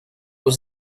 was